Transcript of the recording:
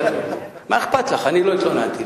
מה אכפת לך, אני לא התלוננתי.